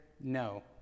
No